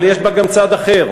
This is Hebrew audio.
אבל יש בה גם צד אחר.